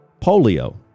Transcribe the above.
polio